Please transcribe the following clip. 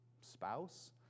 spouse